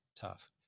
tough